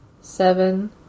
seven